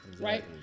right